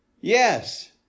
Yes